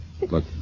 Look